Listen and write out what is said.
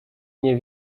nie